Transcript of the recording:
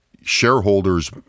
shareholders